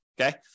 Okay